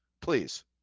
Please